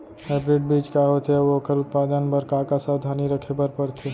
Hybrid बीज का होथे अऊ ओखर उत्पादन बर का का सावधानी रखे बर परथे?